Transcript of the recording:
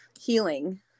healing